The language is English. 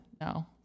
No